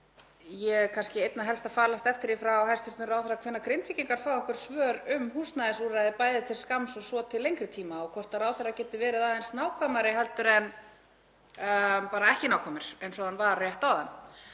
er kannski einna helst að falast eftir því frá hæstv. ráðherra hvenær Grindvíkingar fái einhver svör um húsnæðisúrræði, bæði til skamms og svo til lengri tíma og hvort ráðherra geti verið aðeins nákvæmari heldur en bara ekki nákvæmur eins og hann var rétt áðan.